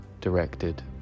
directed